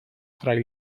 fray